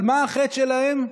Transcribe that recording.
מה החטא שלהם?